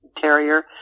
Terrier